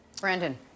Brandon